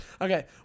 Okay